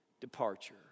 departure